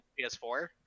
ps4